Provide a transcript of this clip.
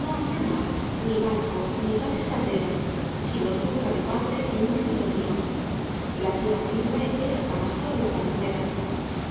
no había mar ni barco ni tales carneros sino turca de padre y muy señor mío la tierra firme era el camastro de la tabernera